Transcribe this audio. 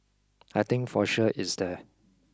I think for sure it's there